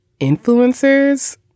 influencers